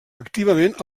activament